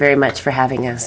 very much for having